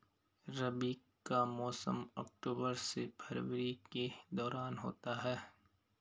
रबी का मौसम अक्टूबर से फरवरी के दौरान होता है